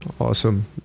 awesome